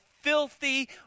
filthy